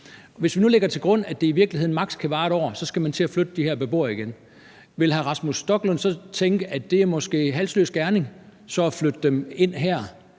hvis vi nu lægger til grund, at det i virkeligheden maks. kan vare 1 år, og man så skal til at flytte de her beboere igen, vil hr. Rasmus Stoklund måske så tænke, at det er halsløs gerning at flytte dem herind